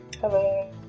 Hello